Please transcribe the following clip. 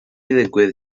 ddigwydd